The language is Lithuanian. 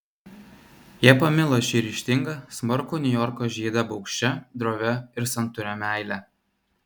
jie pamilo šį ryžtingą smarkų niujorko žydą baugščia drovia ir santūria meile